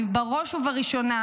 אלא בראש ובראשונה